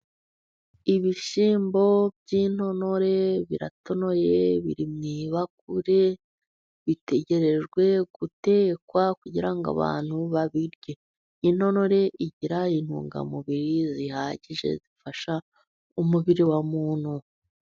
Ibishyimbo by'intonore biratonoye biri mu ibakure, bitegerejwe gutekwa kugira ngo abantu babirye. Intonore igira intungamubiri zihagije zifasha umubiri wa muntu.